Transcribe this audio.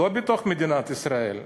לא בתוך מדינת ישראל.